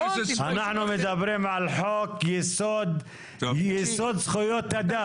אנחנו מדברים על חוק יסוד זכויות אדם.